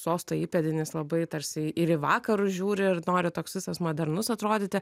sosto įpėdinis labai tarsi ir į vakarus žiūri ir nori toks visas modernus atrodyti